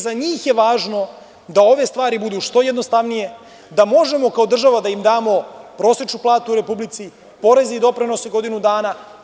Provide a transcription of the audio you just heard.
Za njih je važno da ove stvari budu što jednostavnije, da možemo kao država da im damo prosečnu platu u Republici, poreze i doprinose u godinu dana.